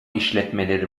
işletmeleri